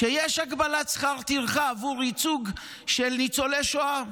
שיש הגבלת שכר טרחה עבור ייצוג של ניצולי שואה,